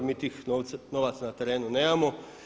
Mi tih novaca na terenu nemamo.